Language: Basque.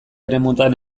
eremutan